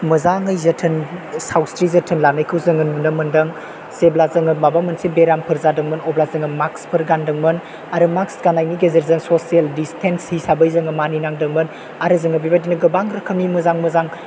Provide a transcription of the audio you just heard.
मोजाङै जोथोन सावस्रि जोथोन लानायखौ जोङो नुनो मोनदों जेब्ला जोङो माबा मोनसे बेरामफोर जादोंमोन अब्ला जोङो माक्सफोर गानदोंमोन आरो माक्स गाननायनि गेजेरजों ससियेल डिस्टेन्स हिसाबै जोङो माने नांदोंमोन आरो जोङो बेबायदिनो गोबां रोखोमनि मोजां मोजां